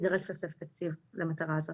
תידרש תוספת תקציב למטרה זאת.